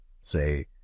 say